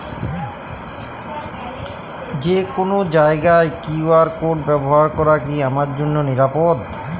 যে কোনো জায়গার কিউ.আর কোড ব্যবহার করা কি আমার জন্য নিরাপদ?